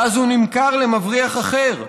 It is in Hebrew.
ואז הוא נמכר למבריח אחר.